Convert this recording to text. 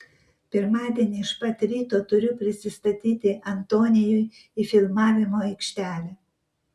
pirmadienį iš pat ryto turiu prisistatyti antonijui į filmavimo aikštelę